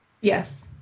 Yes